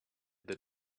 that